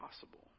possible